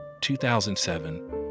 2007